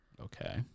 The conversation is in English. Okay